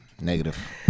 Negative